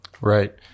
Right